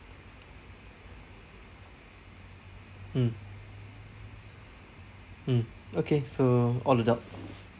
mm mm okay so all adults